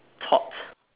thought